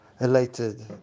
elated